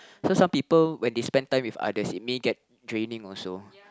so some people when they spend time with others he may get draining also